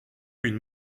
une